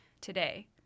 today